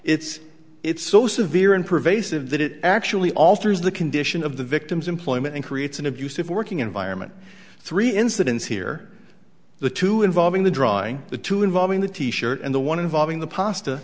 it's it's so severe and pervasive that it actually alters the condition of the victim's employment and creates an abusive working environment three incidents here the two involving the drawing the two involving the t shirt and the one involving the pasta